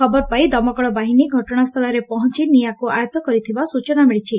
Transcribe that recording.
ଖବର ପାଇ ଦମକଳ ବାହିନୀ ଘଟଣାସ୍ଚୁଳରେ ପହଞ୍ ନିଆଁକୁ ଆୟଉ କରିଥିବା ସୂଚନା ମିଳିଛି